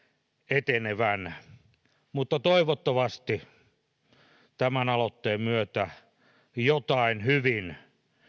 etenevän mutta toivottavasti tämän aloitteen myötä jotain hyvin